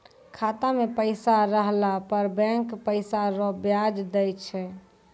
खाता मे पैसा रहला पर बैंक पैसा रो ब्याज दैय छै